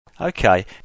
Okay